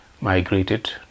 migrated